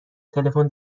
تلفن